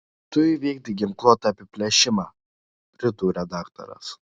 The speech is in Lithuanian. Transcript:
tu įvykdei ginkluotą apiplėšimą pridūrė daktaras